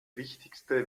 wichtigste